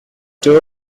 term